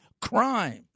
crimes